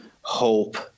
hope